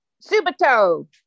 Subito